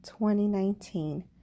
2019